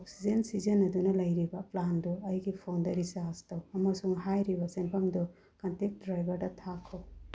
oxygen ꯁꯤꯖꯤꯟꯅꯗꯨꯅ ꯂꯩꯔꯤꯕ ꯄ꯭ꯂꯥꯟꯗꯨ ꯑꯩꯒꯤ ꯐꯣꯟꯗ ꯔꯤꯆꯥꯔꯖ ꯇꯧ ꯑꯃꯁꯨꯡ ꯍꯥꯏꯔꯤꯕ ꯁꯦꯟꯐꯝꯗꯨ ꯀꯟꯇꯦꯛ ꯗ꯭ꯔꯥꯏꯕꯔꯗ ꯊꯥꯈꯣ